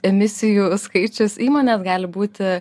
emisijų skaičius įmonės gali būti